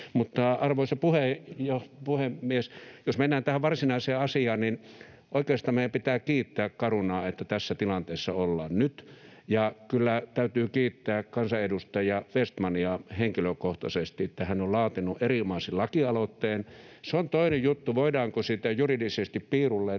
Arvoisa puhemies! Jos mennään tähän varsinaiseen asiaan, niin oikeastaan meidän pitää kiittää Carunaa, että tässä tilanteessa ollaan nyt. Ja kyllä täytyy kiittää kansanedustaja Vestmania henkilökohtaisesti, että hän on laatinut erinomaisen lakialoitteen. Se on toinen juttu, voidaanko sitä juridisesti piirulleen